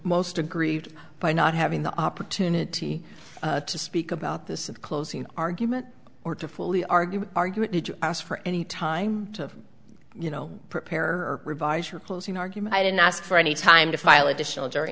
most aggrieved by not having the opportunity to speak about this in the closing argument or to fully argue argue it did you ask for any time to you know prepare revise your closing argument i didn't ask for any time to file additional jury